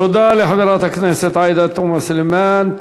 תודה לחברת הכנסת עאידה תומא סלימאן.